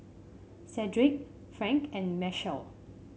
Cedric Frank and Mechelle